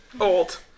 old